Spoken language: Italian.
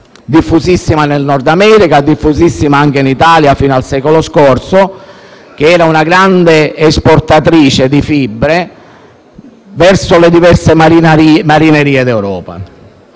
Diffusissima nel Nord America, ma anche in Italia (fino al secolo scorso), Paese che fu grande esportatore di fibre verso le varie marinerie d'Europa.